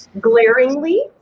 glaringly